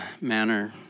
manner